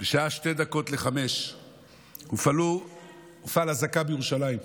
בשעה 16:58 הופעלה אזעקה בירושלים.